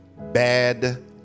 bad